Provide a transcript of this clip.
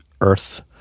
earth